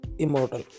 Immortal